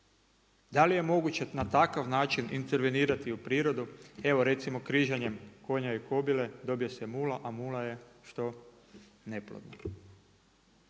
da li je moguće na takav način intervenirati u prirodu. Evo recimo križanjem konja i kobile dobije se mula, a mula što? Neplodna.